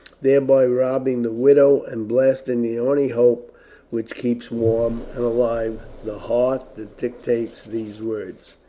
thereby robbing the widow, and blasting the only hope which keeps warm and alive the heart that dictates these words.